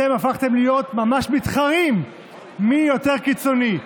אתם הפכתם להיות ממש מתחרים מי יותר קיצוני.